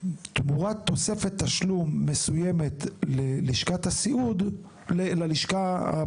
תמורת תוספת תשלום מסוימת ללשכה הפרטית